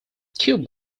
cub